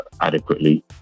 adequately